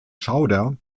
schauder